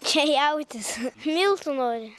čia jautis miltų nori